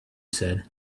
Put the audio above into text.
said